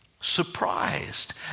surprised